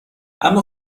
اما